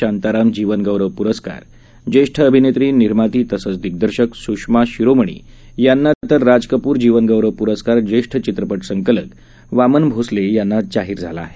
शांताराम जीवनगौरव पुरस्कार ज्येष्ठ अभिनेत्री निर्माती तसंच दिग्दर्शक सुषमा शिरोमणी यांना तर राज कपूर जीवनगौरव पुरस्कार ज्येष्ठ चित्रपट संकलक वामन भोसले यांना जाहीर झाला आहे